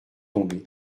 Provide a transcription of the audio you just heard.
tombé